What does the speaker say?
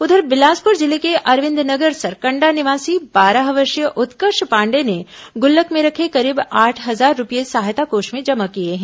उधर बिलासपुर जिले के अरविंद नगर सरकंडा निवासी बारह वर्षीय उत्कर्ष पांडेय ने गुल्लक में रखे करीब आठ हजार रूपये सहायता कोष में जमा किए हैं